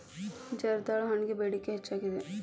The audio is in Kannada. ಜರ್ದಾಳು ಹಣ್ಣಗೆ ಬೇಡಿಕೆ ಹೆಚ್ಚಾಗಿದೆ